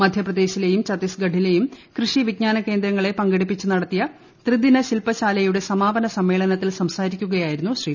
മധ്യപ്രദേശിലെയും ഛത്തീസ്ഗഢിലെയും കൃഷി വിജ്ഞാന കേന്ദ്രങ്ങളെ പങ്കെടുപ്പിച്ച് നടത്തിയ ത്രിദിന ശിൽപശാലയുടെ സമാപന സമ്മേളനത്തിൽ സംസാരിക്കുകയായിരുന്നു ശ്രീ